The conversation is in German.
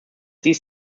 dies